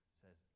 says